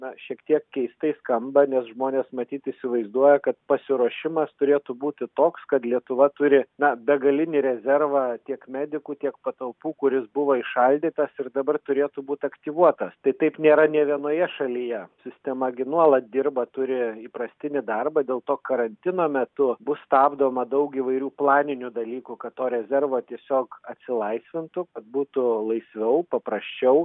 na šiek tiek keistai skamba nes žmonės matyt įsivaizduoja kad pasiruošimas turėtų būti toks kad lietuva turi na begalinį rezervą tiek medikų tiek patalpų kuris buvo įšaldytas ir dabar turėtų būt aktyvuotas tai taip nėra nė vienoje šalyje sistema gi nuolat dirba turi įprastinį darbą dėl to karantino metu bus stabdoma daug įvairių planinių dalykų kad to rezervo tiesiog atsilaisvintų kad būtų laisviau paprasčiau